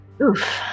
Oof